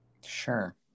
Sure